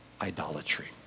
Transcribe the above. idolatry